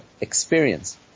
experience